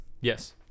yes